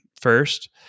first